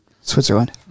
switzerland